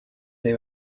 they